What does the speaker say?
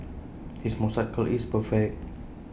his moustache curl is perfect